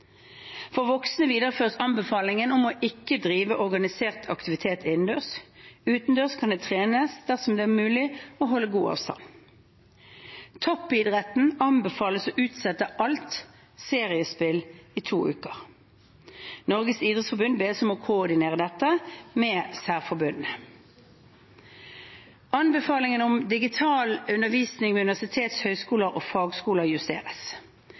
For voksne videreføres anbefalingen om å ikke drive organisert aktivitet innendørs. Utendørs kan det trenes dersom det er mulig å holde god avstand. Toppidretten anbefales å utsette alt seriespill i to uker. Norges idrettsforbund bes om å koordinere dette med særforbundene. Anbefalingen om digital undervisning ved universiteter, høgskoler og fagskoler justeres.